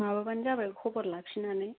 माबाबानो जाबाय खबर लाफिननानै